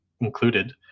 included